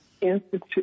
Institute